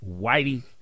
whitey